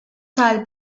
tal